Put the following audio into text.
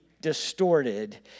distorted